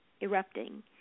erupting